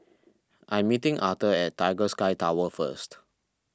I'm meeting Authur at Tiger Sky Tower first